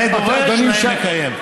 נאה דורש נאה מקיים.